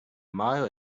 mile